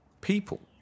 people